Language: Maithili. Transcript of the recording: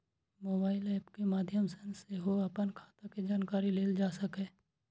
मोबाइल एप के माध्य सं सेहो अपन खाता के जानकारी लेल जा सकैए